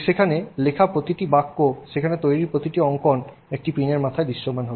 সেখানে লেখা প্রতিটি বাক্য সেখানে তৈরি প্রতিটি অঙ্কন একটি পিনের মাথায় দৃশ্যমান হবে